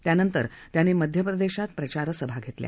त्यानंतर त्यांनी मध्यप्रदेशात प्रचारसभा घेतल्या